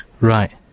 Right